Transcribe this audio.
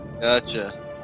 Gotcha